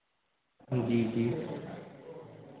जी जी